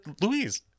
louise